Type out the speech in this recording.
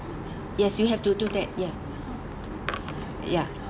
yes you have to do that ya ya